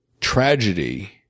tragedy